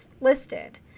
listed